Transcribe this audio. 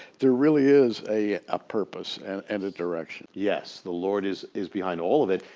there really is a a purpose and and a direction. yes, the lord is is behind all of it.